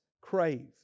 crave